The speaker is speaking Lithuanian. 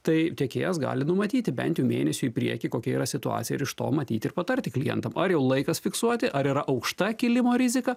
tai tiekėjas gali numatyti bent mėnesiui į priekį kokia yra situacija ir iš to matyti ir patarti klientams ar jau laikas fiksuoti ar yra aukšta kilimo rizika